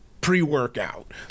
pre-workout